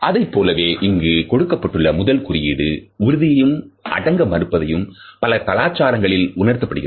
அதைப்போலவே இங்கு கொடுக்கப்பட்டுள்ள முதல் குறியீடு உறுதியையும் அடங்கமறுபதையும் பல கலாச்சாரங்களில் உணர்த்தப்படுகிறது